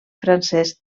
francès